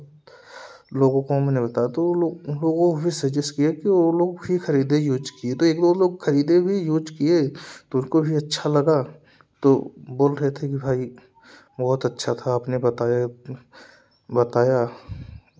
लोगों को मैंने बताया तो लोग उन लोगों फिर सजेस्ट किए कि वे लोग भी ख़रीदे यूज़ किए तो एक बे वे लोग ख़रीदे वे यूज़ किए तो उनको भी अच्छा लगा तो बोल रहे थे कि भाई बहुत अच्छा था आपने बताया बताया